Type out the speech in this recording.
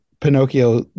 Pinocchio